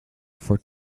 for